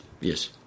Yes